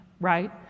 right